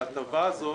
ההטבה הזאת